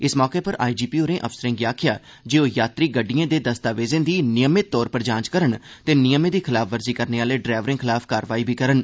इस मौके पर आईजीपी होरें अफसरें गी आखेआ जे ओह् यात्री गड्डिएं दे दस्तावेजें दी नियमित तौर पर जांच करन ते नियमें दी खलाफवर्जी करने आह्ले डरैवरें खलाफ कार्रवाई बी करन